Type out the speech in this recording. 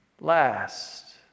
last